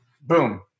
boom